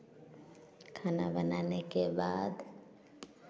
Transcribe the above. खाना बनाने के बाद